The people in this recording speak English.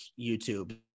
youtube